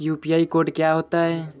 UPI code क्या होता है?